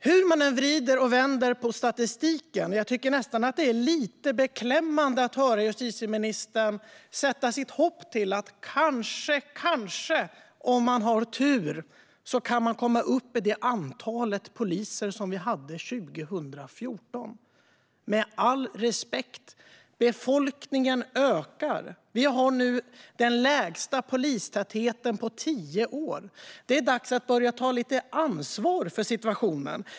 Hur man än vrider och vänder på statistiken är det nästan lite beklämmande att höra justitieministern sätta sitt hopp till att vi kanske, om vi har tur, kan komma upp i det antal poliser som vi hade år 2014. Med all respekt: Befolkningen ökar. Vi har nu den lägsta polistätheten på tio år. Det är dags att börja ta lite ansvar för situationen.